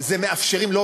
זה מאפשרים,